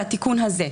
זה התיקון הזה.